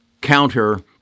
counter